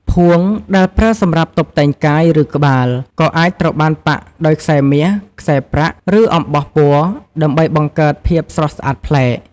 ភួងដែលប្រើសម្រាប់តុបតែងកាយ ឬក្បាល ក៏អាចត្រូវបានប៉ាក់ដោយខ្សែមាស ខ្សែប្រាក់ ឬអំបោះពណ៌ ដើម្បីបង្កើតភាពស្រស់ស្អាតប្លែក។